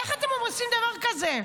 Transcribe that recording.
איך אתם עושים דבר כזה?